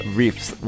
riffs